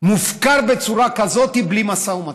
מופקר בצורה כזאת בלי משא ומתן.